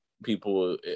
People